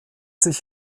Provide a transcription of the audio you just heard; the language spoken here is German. sich